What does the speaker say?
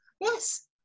Yes